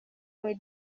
muri